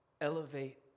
Elevate